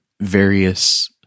various